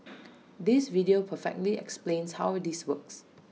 this video perfectly explains how this works